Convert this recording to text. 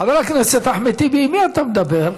חבר הכנסת אחמד טיבי, עם מי אתה מדבר?